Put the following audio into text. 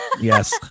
Yes